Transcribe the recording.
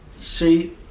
See